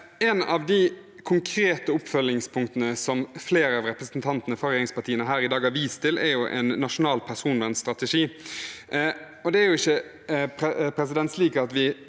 Et av de konkrete oppfølgingspunktene som flere representanter fra regjeringspartiene i dag har vist til, er en nasjonal personvernstrategi. Det er ikke slik at vi